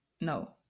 No